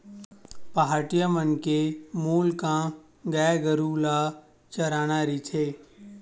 पहाटिया मन के मूल काम गाय गरु ल चराना रहिथे